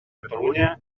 catalunya